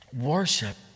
worship